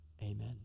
Amen